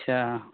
اچھا